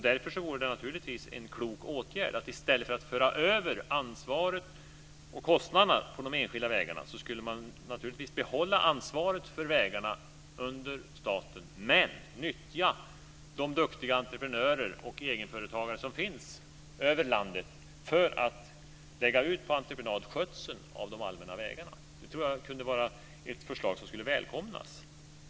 Därför vore det naturligtvis en klok åtgärd att i stället för att föra över ansvaret och kostnaderna på de enskilda vägarna behålla ansvaret för vägarna hos staten, men nyttja de duktiga entreprenörer och egenföretagare som finns över landet för att lägga ut på entreprenad skötseln av de allmänna vägarna. Det tror jag kunde vara ett förslag som skulle välkomnas.